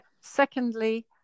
secondly